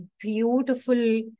beautiful